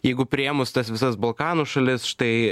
jeigu priėmus tas visas balkanų šalis štai